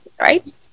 right